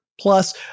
Plus